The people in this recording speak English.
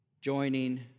joining